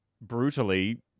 brutally